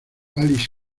alice